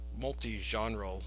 multi-genre